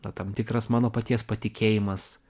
na tam tikras mano paties patikėjimas